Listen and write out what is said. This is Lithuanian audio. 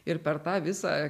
ir per tą visą